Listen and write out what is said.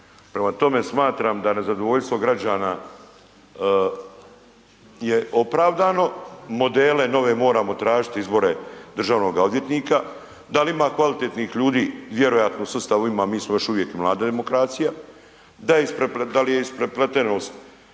Prema tome, smatram da nezadovoljstvo građana je opravdano, modele nove moramo tražiti, izbore državnoga odvjetnika, dal ima kvalitetnih ljudi, vjerojatno u sustavu ima, mi smo još uvijek mlada demokracija, da li je isprepletenost